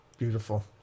Beautiful